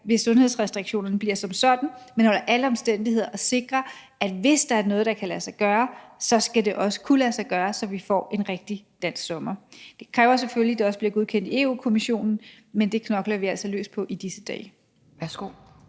hvis sundhedsrestriktionerne siger det, men under alle omstændigheder handler det om at sikre, at hvis der er noget, der kan lade sig gøre, skal det også kunne lade sig gøre, så vi får en rigtig dansk sommer. Det kræver selvfølgelig, at det også bliver godkendt i Europa-Kommissionen, men det knokler vi altså løs på i disse dage. Kl.